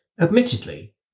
Admittedly